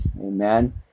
Amen